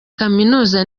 kaminuza